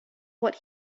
what